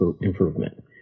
improvement